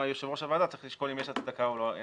יושב-ראש הוועדה צריך לשקול אם יש הצדקה או לא.